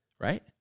right